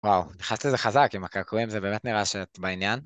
וואו, נכנסת לזה חזק עם הקעקועים, זה באמת נראה שאת בעניין.